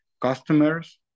customers